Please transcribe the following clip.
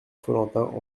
follentin